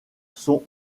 sont